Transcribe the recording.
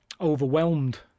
overwhelmed